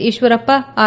ಈಶ್ವರಪ್ಲ R